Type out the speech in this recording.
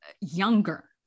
younger